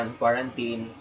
quarantine